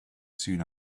soon